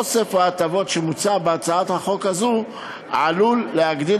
אוסף ההטבות שמוצע בהצעת חוק הזו עלול להגדיל